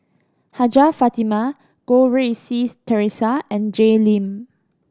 Hajjah Fatimah Goh Rui Si Theresa and Jay Lim